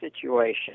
situation